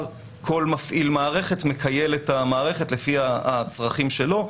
כל מפעיל מערכת מכייל את המערכת לפי הצרכים שלו.